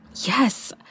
Yes